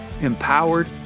empowered